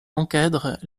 encadre